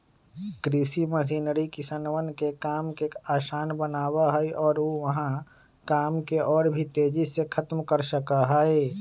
कृषि मशीनरी किसनवन के काम के आसान बनावा हई और ऊ वहां काम के और भी तेजी से खत्म कर सका हई